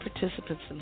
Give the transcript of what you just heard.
participants